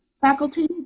faculty